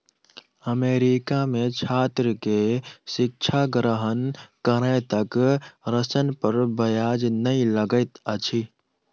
America में छात्र के शिक्षा ग्रहण करै तक ऋण पर ब्याज नै लगैत अछि